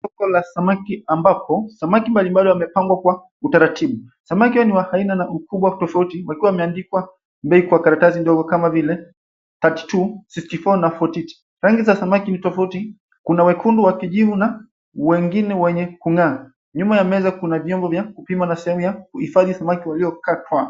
Soko la samaki ambapo samaki mbalimbali wamepangwa kwa utaratibu. Samaki hawa ni wa aina na ukubwa tofauti wakiwa wameandikwa bei kwa karatasi ndogo kama vile thirty two, sixty four na forty two . Rangi za samaki ni tofauti, kuna wekundu wa kijivu na wengine wenye kung'aa. Nyuma ya meza kuna vyombo vya kupima na sehemu ya kuhifadhi samaki waliokatwa.